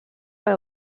per